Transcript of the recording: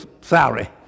salary